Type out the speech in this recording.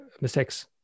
mistakes